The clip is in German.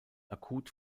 akut